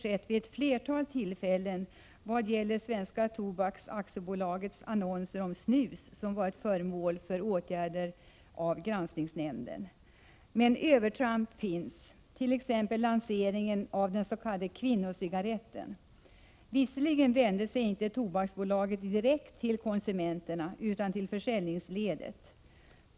skett vid ett flertal tillfällen vad gäller Svenska Tobaks AB:s annonser om snus, som har varit föremål för åtgärder av granskningsnämnden. Men övertramp har förekommit, t.ex. lanseringen av den s.k. kvinnocigaretten. Tobaksbolaget vände sig visserligen inte direkt till konsumenterna utan till försäljningsledet.